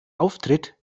auftritt